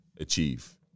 achieve